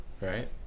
right